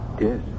Yes